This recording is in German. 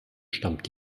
stammt